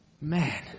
Man